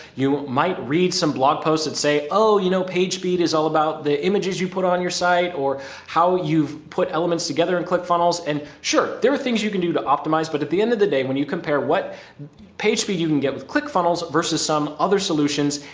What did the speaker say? you might read some blog posts that say, oh, you know, page speed is all about the images you put on your site or how you've put elements together in click funnels. and sure there are things you can do to optimize. but at the end of the day, when you compare what page speed you can get with click funnels versus some other solutions,